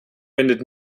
wendet